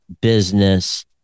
business